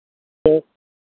ᱦᱮᱸ